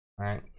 Right